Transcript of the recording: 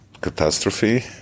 catastrophe